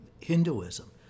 Hinduism